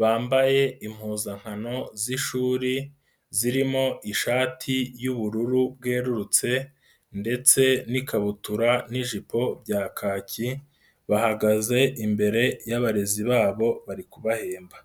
bambaye impuzankano z'ishuri, zirimo ishati y'ubururu bwerurutse ndetse n'ikabutura n'ijipo bya kaki, bahagaze imbere y'abarezi babo bari kubahemba.